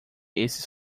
esses